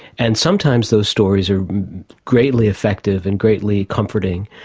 and sometimes those stories are greatly effective and greatly comforting,